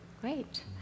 Great